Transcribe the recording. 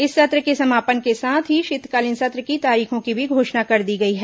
इस सत्र के समापन के साथ ही शीतकालीन सत्र की तारीखों की भी घोषणा कर दी गई है